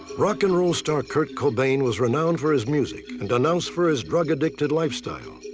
rock and roll star kurt cobain was renowned for his music and denounced for his drug-addicted lifestyle.